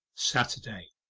saturday.